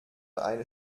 eine